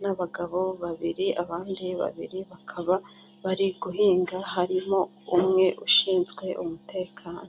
n'abagabo babiri abandi babiri bakaba bari guhinga, harimo umwe ushinzwe umutekano.